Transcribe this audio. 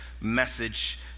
message